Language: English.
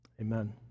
Amen